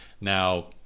now